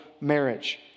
marriage